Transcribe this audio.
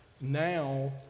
now